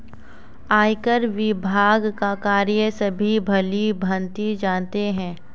आयकर विभाग का कार्य सभी भली भांति जानते हैं